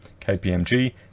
KPMG